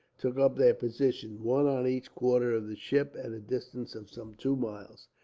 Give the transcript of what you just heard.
took up their positions, one on each quarter of the ship, at a distance of some two miles.